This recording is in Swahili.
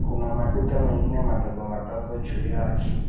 kuna maduka mengine madogo madogo juu yake.